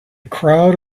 crowd